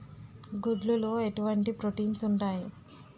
గుడ్లు లో ఎటువంటి ప్రోటీన్స్ ఉంటాయి?